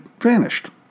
vanished